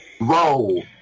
Roll